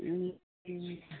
ओ